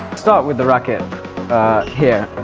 start with the racket here.